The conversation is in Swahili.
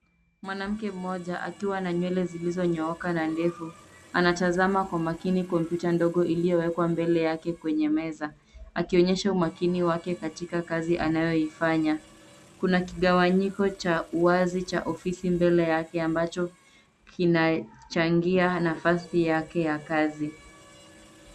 Mwanamke mmoja akiwa na nywele zilizonyooka na ndefu anatazama kwa makini kompyuta ndogo iliyowekwa mbele yake kwenye meza. Akionyesha umakini wake katika kazi anayoifanya. Kuna kigawanyiko cha wazi cha ofisi mbele yake ambacho kinachangia nafasi yake ya kazi.